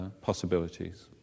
possibilities